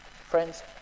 friends